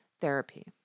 therapy